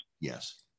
Yes